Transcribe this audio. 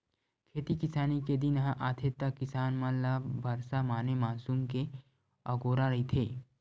खेती किसानी के दिन ह आथे त किसान मन ल बरसा माने मानसून के अगोरा रहिथे